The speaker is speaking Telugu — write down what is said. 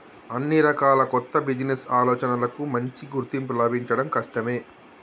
అన్ని రకాల కొత్త బిజినెస్ ఆలోచనలకూ మంచి గుర్తింపు లభించడం కష్టమే